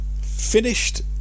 finished